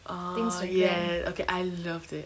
oh ya ookay I loved it